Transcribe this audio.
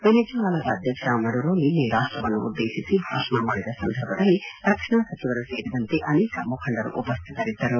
ವೆನಿಜೂಲಾದ ಅಧ್ಯಕ್ಷ ಮಡುರೊ ನಿನ್ನೆ ರಾಷ್ಟವನ್ನು ಉದ್ದೇಶಿಸಿ ಭಾಷಣ ಮಾಡಿದ ಸಂದರ್ಭದಲ್ಲಿ ರಕ್ಷಣಾ ಸಚಿವರು ಸೇರಿದಂತೆ ಅನೇಕ ಮುಖಂಡರು ಉಪಶ್ಠಿತರಿದ್ದರು